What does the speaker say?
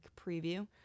preview